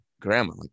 grandma